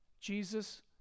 Jesus